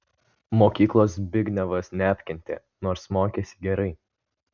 mokyklos zbignevas neapkentė nors mokėsi gerai